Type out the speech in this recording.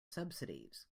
subsidies